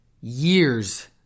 years